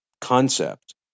concept